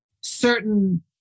certain